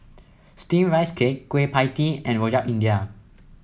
steamed Rice Cake Kueh Pie Tee and Rojak India